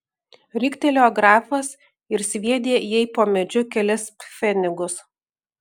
riktelėjo grafas ir sviedė jai po medžiu kelis pfenigus